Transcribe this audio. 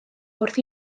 wrth